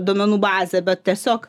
duomenų bazę bet tiesiog